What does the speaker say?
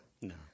No